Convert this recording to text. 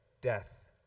Death